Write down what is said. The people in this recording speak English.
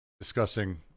Discussing